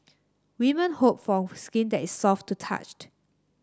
women hope for skin that is soft to touched